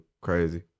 crazy